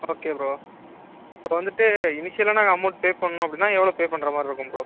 okay bro இப்போ வந்துட்டு இனிஷியலாக நாங்கள் அமௌண்ட் பே பண்ணனும் அப்படினா எவ்வளோ பே பண்ணுற மாதிரி இருக்கும் ப்ரோ